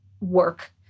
work